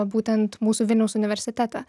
būtent mūsų vilniaus universitete